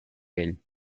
vell